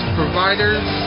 providers